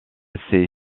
ses